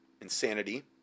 Insanity